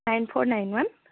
nine four nine one